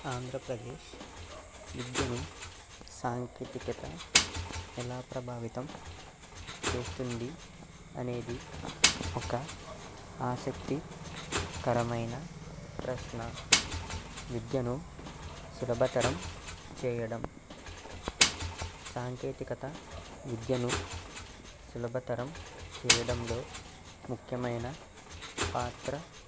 ఆంధ్రప్రదేశ్ విద్యను సాంకేతికత ఎలా ప్రభావితం చేస్తుంది అనేది ఒక ఆసక్తి కరమైన ప్రశ్న విద్యను సులభతరం చేయడం సాంకేతికత విద్యను సులభతరం చేయడంలో ముఖ్యమైన పాత్ర